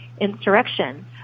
insurrection